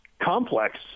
complex